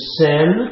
sin